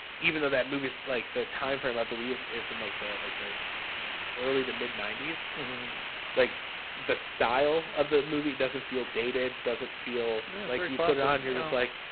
even though that movies like the time frame i believe isn't like that like the early to mid ninety s like the style of the movie doesn't feel dated doesn't feel like ah and you're just like,